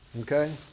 Okay